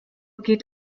geht